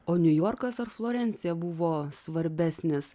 o niujorkas ar florencija buvo svarbesnis